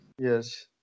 Yes